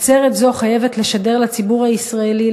עצרת זו חייבת לשדר לציבור הישראלי,